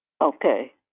Okay